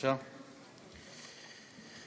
לא נמצא כאן בבקשה.